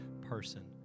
person